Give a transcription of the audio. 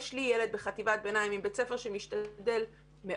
יש לי ילד בחטיבת ביניים עם בית ספר שמשתדל מאוד,